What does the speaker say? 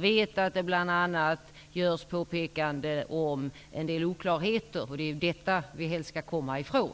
Det görs bl.a. påpekanden om en del oklarheter, och det är sådant som vi helst skall undvika.